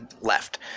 left